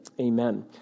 Amen